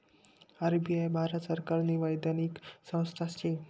RBI Bharat सरकारनी वैधानिक संस्था शे